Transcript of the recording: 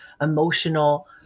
emotional